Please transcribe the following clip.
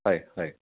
হয় হয়